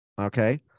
Okay